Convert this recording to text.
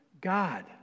God